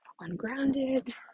ungrounded